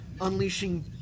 unleashing